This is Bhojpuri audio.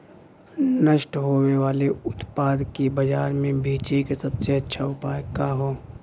नष्ट होवे वाले उतपाद के बाजार में बेचे क सबसे अच्छा उपाय का हो?